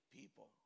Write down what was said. people